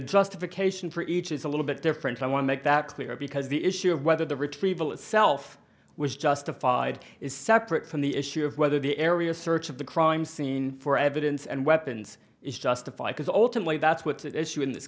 justification for each is a little bit different i want to make that clear because the issue of whether the retrieval itself was justified is separate from the issue of whether the area search of the crime scene for evidence and weapons is justified because ultimately that's what's at issue in this